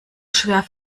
schwer